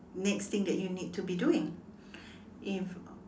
next thing that you need to be doing if